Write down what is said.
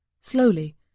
Slowly